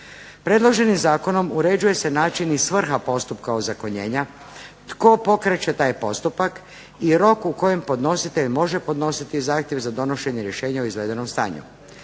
Predloženim zakonom uređuje se način i svrha postupka ozakonjenja, tko pokreće taj postupak i rok u kojem podnositelj može podnositi zahtjeva za donošenje rješenja o izvedenom stanju.